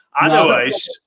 Otherwise